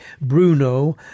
Bruno